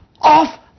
off